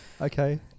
Okay